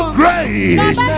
grace